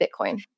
Bitcoin